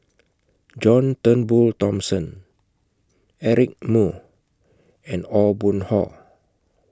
John Turnbull Thomson Eric Moo and Aw Boon Haw